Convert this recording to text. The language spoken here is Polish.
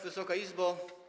Wysoka Izbo!